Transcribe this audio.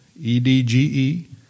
E-D-G-E